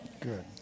Good